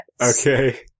Okay